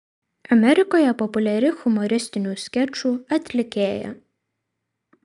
amerikoje populiari humoristinių skečų atlikėja